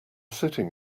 sitting